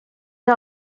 era